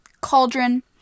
cauldron